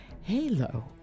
Halo